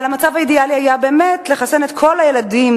המצב האידיאלי היה באמת לחסן את כל הילדים